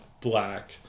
black